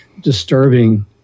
disturbing